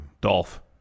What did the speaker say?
Dolph